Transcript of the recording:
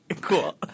Cool